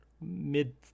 mid